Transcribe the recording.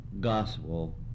gospel